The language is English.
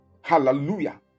Hallelujah